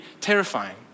terrifying